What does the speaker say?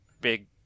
big